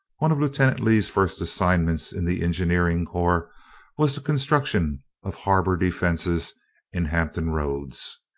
one of lieutenant lee's first assignments in the engineering corps was the construction of harbor defenses in hampton roads.